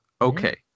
Okay